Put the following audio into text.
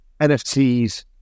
NFTs